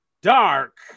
dark